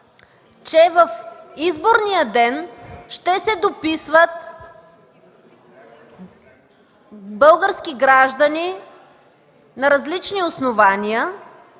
че в изборния ден ще се дописват български граждани на различни основания